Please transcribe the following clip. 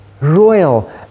royal